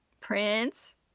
prince